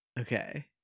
okay